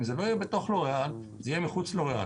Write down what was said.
אם זה לא יהיה בתוך לוריאל, זה יהיה מחוץ ללוריאל.